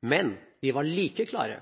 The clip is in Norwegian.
Men vi var like klare